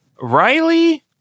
Riley